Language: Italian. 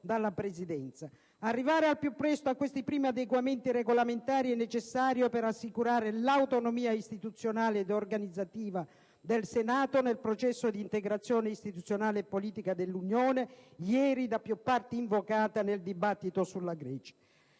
dalla Presidenza. Arrivare al più presto a questi primi adeguamenti regolamentari è necessario per assicurare l'autonomia istituzionale ed organizzativa del Senato nel processo di integrazione istituzionale e politica dell'Unione, ieri da più parti invocata nel dibattito sulla Grecia.